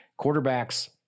Quarterbacks